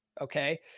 Okay